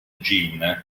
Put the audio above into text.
jin